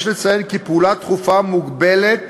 יש לציין כי פעולה דחופה מוגבלת